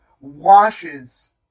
washes